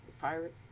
pirate